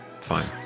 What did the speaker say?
fine